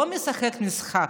הוא לא משחק משחק.